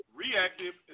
reactive